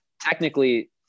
technically